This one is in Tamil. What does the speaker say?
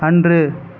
அன்று